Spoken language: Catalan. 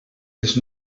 les